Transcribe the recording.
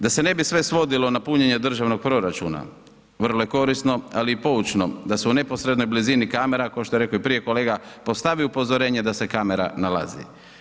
Da se ne bi sve svodilo na punjenje državnog proračuna, vrlo je korisno, ali i poučno da se u neposrednoj blizini kamera, kao što je rekao i prije kolega, postavi upozorenje da se kamera nalazi.